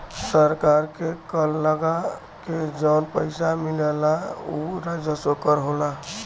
सरकार के कर लगा के जौन पइसा मिलला उ राजस्व कर होला